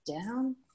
down